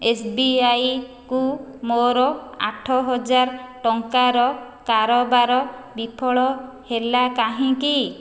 ଏସ୍ବିଆଇକୁ ମୋର ଆଠ ହଜାର ଟଙ୍କାର କାରବାର ବିଫଳ ହେଲା କାହିଁକି